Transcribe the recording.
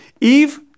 Eve